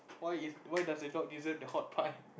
why is why does the dog deserve the hot pie